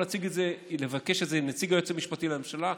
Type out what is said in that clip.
יכול לבקש את זה נציג היועץ המשפטי לממשלה,